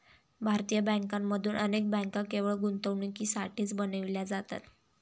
भारतीय बँकांमधून अनेक बँका केवळ गुंतवणुकीसाठीच बनविल्या जातात